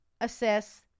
assess